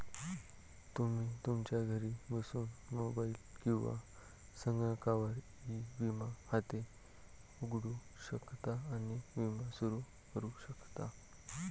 तुम्ही तुमच्या घरी बसून मोबाईल किंवा संगणकावर ई विमा खाते उघडू शकता आणि विमा सुरू करू शकता